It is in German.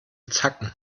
zacken